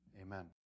Amen